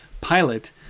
Pilot